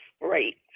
Right